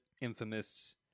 Infamous